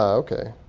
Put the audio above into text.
ok,